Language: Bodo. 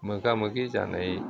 मोगा मोगि जानाय